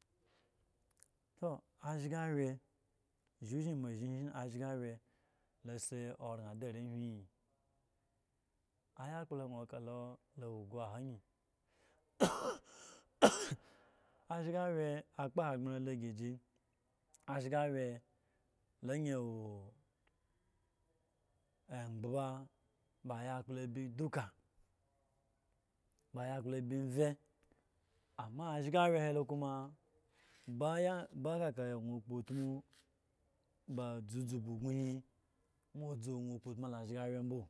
to ashgwye osheshen mo ashen ashyawye la asi oran adi arehwi aya kpolo gno okalo awo egba ha ahen ashsawye akpa hogbren ashgawye lo ayin ekre ba ayakpolo abi duka ba ayakpolo abi wye ashawaye lo koma bay ba kakka gno kpo tmu ba dzudzu ba wyo he gno dzu gno kpotmu la ashpawye he mbo